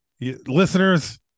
Listeners